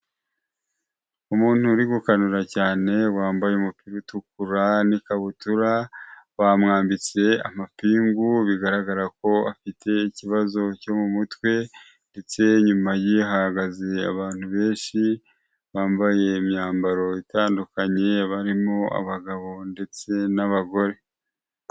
Umuntu uri gukanura cyane, wambaye umupira utukura n'ikabutura, bamwambitse amapingu, bigaragara ko afite ikibazo cyo mu mutwe ndetse inyuma ye hahagaze abantu benshi, bambaye imyambaro itandukanye barimo abagabo ndetse n'abagore.